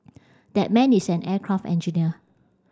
that man is an aircraft engineer